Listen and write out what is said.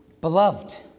Beloved